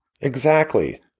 Exactly